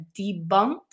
debunked